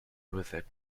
visit